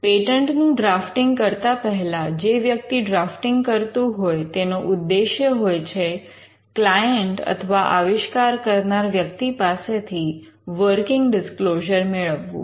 પેટન્ટનું drafting કરતા પહેલા જે વ્યક્તિ ડ્રાફ્ટીંગ કરતું હોય તેનો ઉદ્દેશ્ય હોય છે ક્લાયન્ટ અથવા આવિષ્કાર કરનાર વ્યક્તિ પાસેથી વર્કિંગ ડિસ્ક્લોઝર મેળવવું